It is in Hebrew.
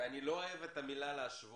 איפה--- זה קשור לדמי אבטלה.